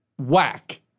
whack